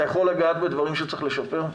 אתה יכול לגעת בדברים שצריך לשפר?